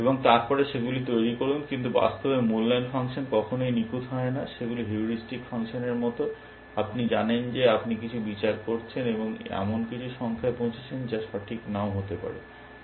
এবং তারপরে সেগুলি তৈরি করুন কিন্তু বাস্তবে মূল্যায়ন ফাংশন কখনই নিখুঁত হয় না সেগুলি হিউরিস্টিক ফাংশনের মতো আপনি জানেন যে আপনি কিছু বিচার করছেন এবং এমন কিছু সংখ্যায় পৌঁছেছেন যা সঠিক নাও হতে পারে